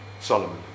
Solomon